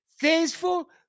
thankful